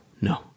No